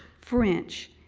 french,